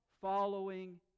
following